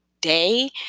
day